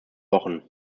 wochen